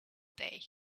day